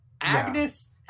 Agnes